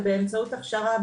באמצעות הכשרה,